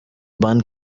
ban